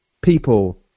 People